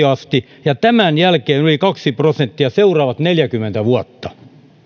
asti ja tämän jälkeen yli kaksi prosenttia seuraavat neljäkymmentä vuotta